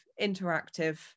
interactive